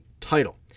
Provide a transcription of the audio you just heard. title